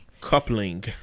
Coupling